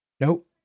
Nope